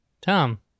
Tom